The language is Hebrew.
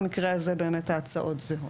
במקרה הזה באמת ההצעות זהות.